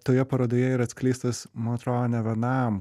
toje parodoje yra atskleistas man atrodo ne vienam